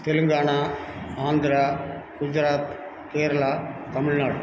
Telangana Andhra Gujarat Kerala Tamil Nadu